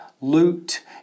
loot